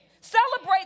celebrate